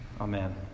Amen